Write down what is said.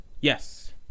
Yes